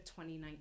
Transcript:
2019